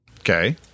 Okay